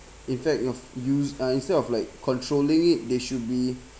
in fact you've used uh instead of like controlling it they should be